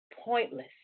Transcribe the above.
pointless